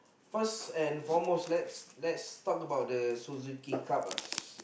first and foremost let's let's talk about the Suzuki Cup uh